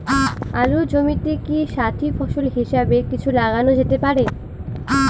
আলুর জমিতে কি সাথি ফসল হিসাবে কিছু লাগানো যেতে পারে?